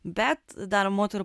bet dar moterų